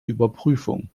überprüfung